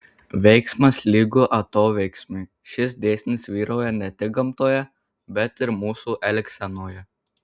veiksmas lygu atoveiksmiui šis dėsnis vyrauja ne tik gamtoje bet ir mūsų elgsenoje